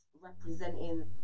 representing